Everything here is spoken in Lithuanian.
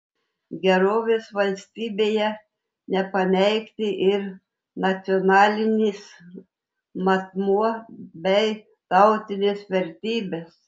gerovės valstybėje nepaneigti ir nacionalinis matmuo bei tautinės vertybės